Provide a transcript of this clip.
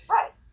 Right